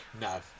No